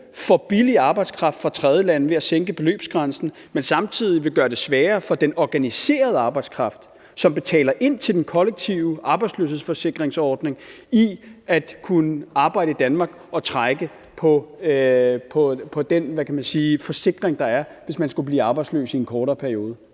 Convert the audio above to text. for billig arbejdskraft fra tredjelande ved at sænke beløbsgrænsen, men på den anden side ville gøre det sværere for den organiserede arbejdskraft, som betaler ind til den kollektive arbejdsløshedsforsikringsordning, at kunne arbejde i Danmark og trække på den forsikring, der er, hvis man skulle blive arbejdsløs i en kortere periode.